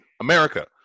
America